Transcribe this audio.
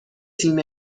تیم